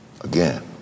again